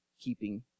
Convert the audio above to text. keeping